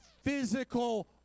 physical